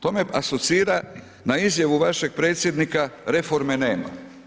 To me asocira na izjavu vašeg predsjednika, reforme nema.